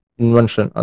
invention